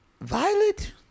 Violet